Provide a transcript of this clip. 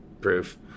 Proof